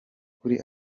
kuri